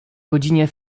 godzinie